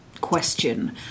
question